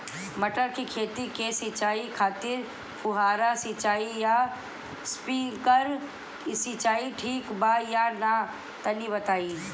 मटर के खेती के सिचाई खातिर फुहारा सिंचाई या स्प्रिंकलर सिंचाई ठीक बा या ना तनि बताई?